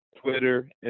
Twitter